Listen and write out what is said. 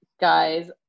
guys